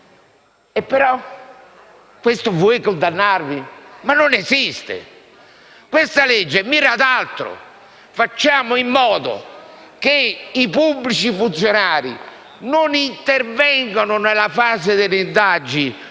per questo vuoi condannarli? Non esiste! Questa legge mira ad altro. Facciamo in modo che i pubblici funzionari non intervengano nella fase delle indagini